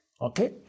Okay